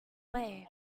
way